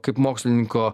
kaip mokslininko